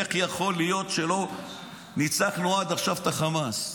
איך יכול להיות שלא ניצחנו עד עכשיו את החמאס?